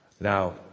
now